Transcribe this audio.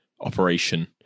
operation